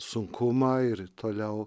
sunkumą ir toliau